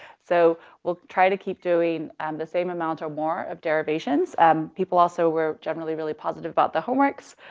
so we'll try to keep doing um the same amount or more of derivations. um, people also were generally really positive about the homeworks.